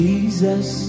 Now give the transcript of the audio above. Jesus